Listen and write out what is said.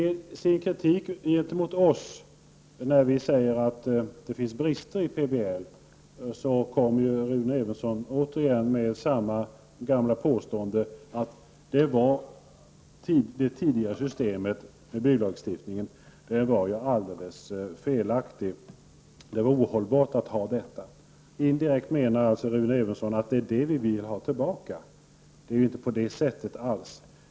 I sin kritik gentemot oss moderater när vi säger att det finns brister i PBL återkommer Rune Evensson med samma gamla påståenden om att det tidigare systemet med bygglagstiftning var helt felaktigt och ohållbart. Indirekt menar Rune Evensson att det är detta system som vi vill ha tillbaka. Men så är det inte.